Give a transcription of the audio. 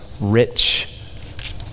rich